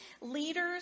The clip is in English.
Leaders